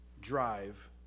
drive